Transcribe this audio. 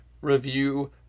review